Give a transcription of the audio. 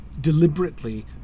deliberately